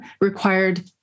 required